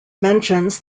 mentions